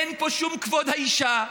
אין פה שום כבוד האישה,